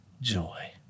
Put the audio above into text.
joy